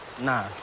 Nah